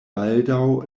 baldaŭ